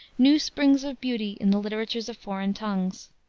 new springs of beauty in the literatures of foreign tongues.